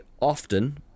often